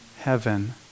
heaven